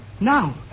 Now